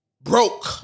broke